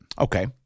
Okay